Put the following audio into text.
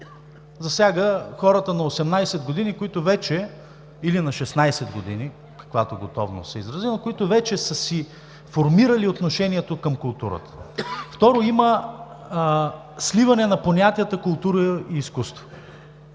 готовност е изразил, които вече са си формирали отношението към културата. Второ, има сливане на понятията „култура“ и „изкуство“.